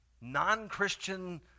non-Christian